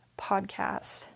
podcast